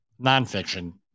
nonfiction